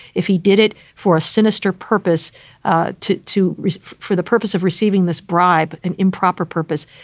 if he did it for a sinister purpose ah to to for the purpose of receiving this bribe an improper purpose.